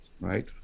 right